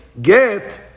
G'et